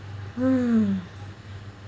mm